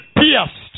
pierced